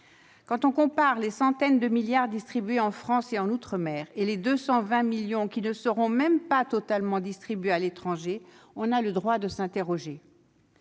Quand on compare les centaines de milliards d'euros distribués en France et en outre-mer aux 220 millions d'euros qui ne seront même pas totalement distribués à l'étranger, on a le droit de s'interroger.